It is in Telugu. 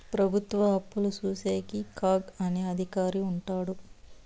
ప్రభుత్వ అప్పులు చూసేకి కాగ్ అనే అధికారి ఉంటాడు